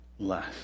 Less